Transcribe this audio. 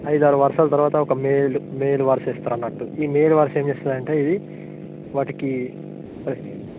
ఐదు ఆరు వరుసల తర్వాత ఒక మేల్ మేల్ వరుస వేస్తారు అన్నట్టు ఈ మేల్ వరుస ఏమి చేస్తుంది అంటే ఇది వాటికి